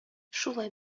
шулай